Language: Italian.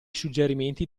suggerimenti